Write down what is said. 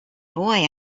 boy